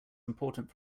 important